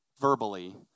verbally